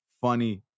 funny